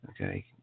Okay